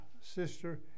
sister